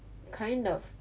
kind of